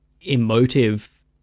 emotive